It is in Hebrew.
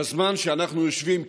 בזמן שאנחנו יושבים כאן,